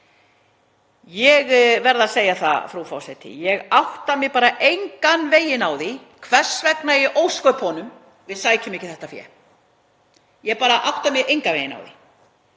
Ég verð að segja það, frú forseti, ég átta mig engan veginn á því hvers vegna í ósköpunum við sækjum ekki þetta fé, ég bara átta mig engan veginn á því.